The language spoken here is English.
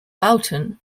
boughton